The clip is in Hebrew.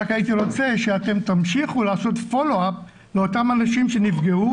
רק הייתי רוצה שתמשיכו לעשות פולו-אפ לאותם אנשים שנפגעו,